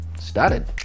started